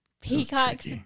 Peacocks